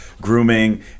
grooming